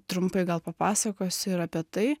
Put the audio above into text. trumpai gal papasakosiu ir apie tai